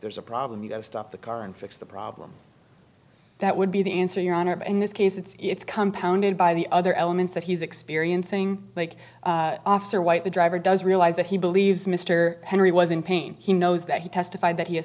there's a problem you know stop the car and fix the problem that would be the answer your honor but in this case it's it's come pounded by the other elements that he's experiencing like officer white the driver does realize that he believes mr henry was in pain he knows that he testified that he